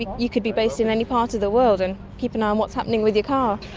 you could be based in any part of the world and keep an eye on what's happening with your car.